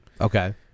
Okay